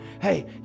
Hey